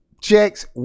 checks